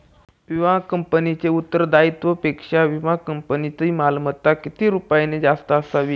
विमा कंपनीच्या उत्तरदायित्वापेक्षा विमा कंपनीची मालमत्ता किती रुपयांनी जास्त असावी?